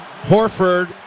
Horford